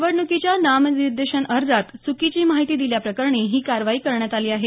निवडणुकीच्या नामनिर्देशन अर्जात चुकीची माहिती दिल्याप्रकरणी ही कारवाई करण्यात आली आहे